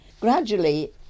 Gradually